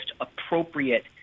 appropriate